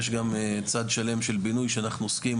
יש גם צד שלם של בינוי שאנחנו עוסקים,